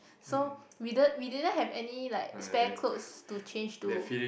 so we d~ we didn't have any like spare clothes to change to